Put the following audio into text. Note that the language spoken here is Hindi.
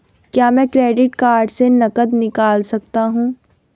क्या मैं क्रेडिट कार्ड से नकद निकाल सकता हूँ?